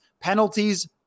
penalties